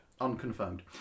Unconfirmed